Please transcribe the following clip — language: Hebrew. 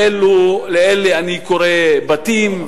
לאלה אני קורא "בתים",